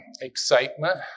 excitement